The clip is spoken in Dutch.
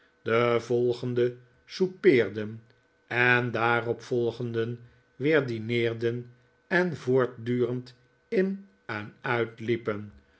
den volgenden soupeerden den daarop volgenden weer dineerden en voortdurend in en uitliepen